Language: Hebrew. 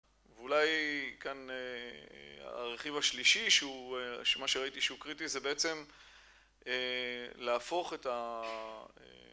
ואולי כאן הרכיב השלישי, מה שראיתי שהוא קריטי, זה בעצם להפוך את ה...